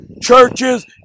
churches